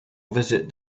visit